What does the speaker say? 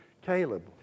Caleb